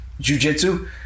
jujitsu